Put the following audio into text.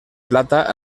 plata